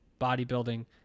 bodybuilding